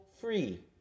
free